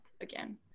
again